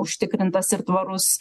užtikrintas ir tvarus